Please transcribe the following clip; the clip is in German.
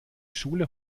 schule